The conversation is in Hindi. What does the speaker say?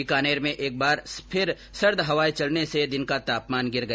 बीकानेर में एक बार सर्द हवाए चेलने से दिन का तापमान गिर गया